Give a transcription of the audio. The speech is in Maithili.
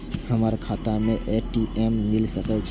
हमर खाता में ए.टी.एम मिल सके छै?